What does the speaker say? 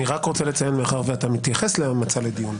מאחר שאתה מתייחס למצע לדיון,